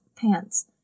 pants